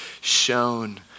shown